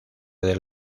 del